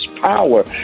power